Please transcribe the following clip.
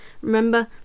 Remember